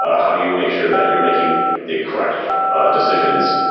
ah how do you make sure that you're making the correct decisions?